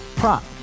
prop